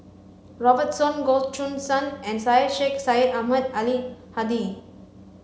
Robert Soon Goh Choo San and Syed Sheikh Syed Ahmad Al Hadi